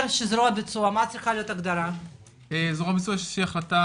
מה צריכה להיות ההגדרה של זרוע ביצוע?